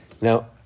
Now